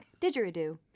Didgeridoo